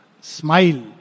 Smile